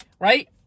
right